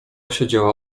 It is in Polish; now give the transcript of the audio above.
siedziała